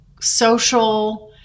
social